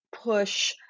push